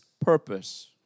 purpose